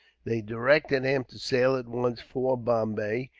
they directed him to sail at once for bombay,